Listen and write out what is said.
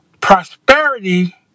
prosperity